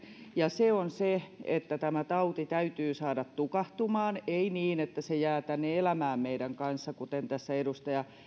ja se on se että tämä tauti täytyy saada tukahtumaan ei niin että se jää tänne elämään meidän kanssamme kuten tässä edustaja